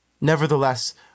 Nevertheless